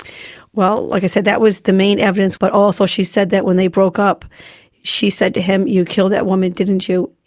well, like i said, that was the main evidence, but also she said that when they broke up she said to him, you killed that woman, didn't you?